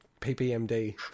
PPMD